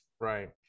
right